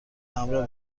همراه